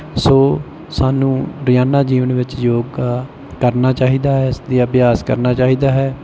ਸੋ ਸਾਨੂੰ ਰੋਜ਼ਾਨਾ ਜੀਵਨ ਵਿੱਚ ਯੋਗਾ ਕਰਨਾ ਚਾਹੀਦਾ ਹੈ ਇਸ ਦੀ ਅਭਿਆਸ ਕਰਨਾ ਚਾਹੀਦਾ ਹੈ